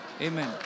Amen